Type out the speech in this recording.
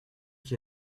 qui